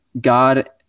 god